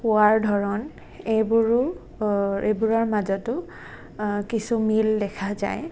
কোৱাৰ ধৰণ এইবোৰো এইবোৰৰ মাজতো কিছু মিল দেখা যায়